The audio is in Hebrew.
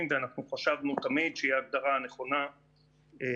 ואנחנו חשבנו תמיד שהיא ההגדרה הנכונה והמתאימה.